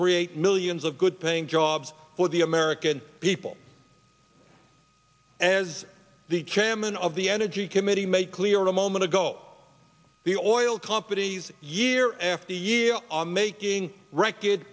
create millions of good paying jobs for the american people and as the chairman of the energy committee made clear a moment ago the oil companies year after year are making record